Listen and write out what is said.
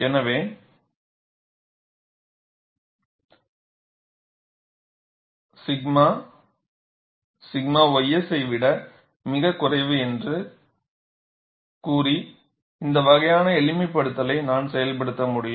எனவே 𝛔 𝛔 ys ஐ விட மிகக் குறைவு என்று கூறி இந்த வகையான எளிமைப்படுத்தலை நான் செயல்படுத்த முடியும்